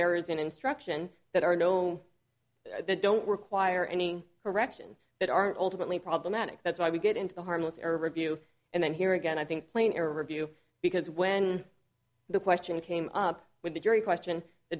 errors in instruction that are known that don't require any correction that aren't ultimately problematic that's why we get into the harmless error review and then here again i think plain to review because when the question came up with the jury question the